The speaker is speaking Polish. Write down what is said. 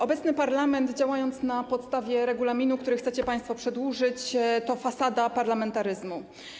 Obecny parlament, działający na podstawie regulaminu, którego obowiązywanie chcecie państwo przedłużyć, to fasada parlamentaryzmu.